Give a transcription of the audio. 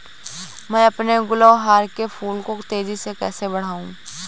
मैं अपने गुलवहार के फूल को तेजी से कैसे बढाऊं?